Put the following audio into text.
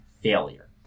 failure